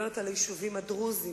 משפחה עם מצוקה רב-דורית,